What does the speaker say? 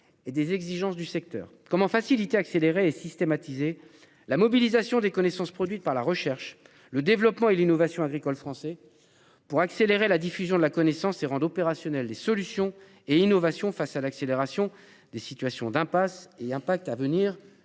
et des exigences du secteur comment faciliter, accélérer et systématiser la mobilisation des connaissances produites par la recherche, le développement et l'innovation agricole français pour accélérer la diffusion de la connaissance et rendre opérationnels les solutions et innovation face à l'accélération des situations d'impasse et impact à venir